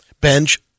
Benj